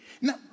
Now